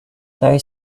they